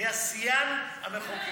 היה שיאן המחוקקים.